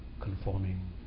conforming